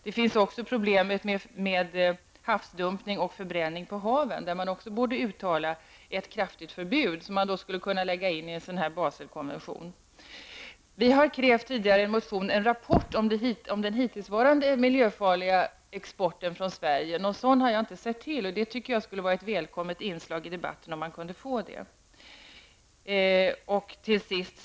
Sedan finns också problem med havsdumpning och förbränning ute till havs. I Baselkonventionen borde man kunna lägga in ett kraftigt förbud mot detta. I en motion har vi tidigare krävt en rapport om den hittillsvarande exporten av miljöfarligt avfall från Sverige. Någon sådan har jag inte sett till. Det vore ett välkommet inslag i debatten om man kunde få fram en sådan rapport.